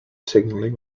signalling